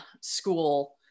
school